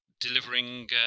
delivering